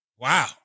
Wow